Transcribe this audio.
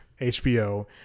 HBO